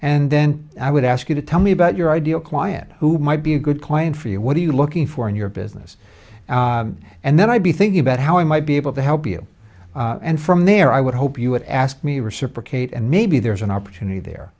then i would ask you to tell me about your ideal client who might be a good point for you what are you looking for in your business and then i'd be thinking about how i might be able to help you and from there i would hope you would ask me reciprocate and maybe there's an opportunity there